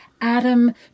Adam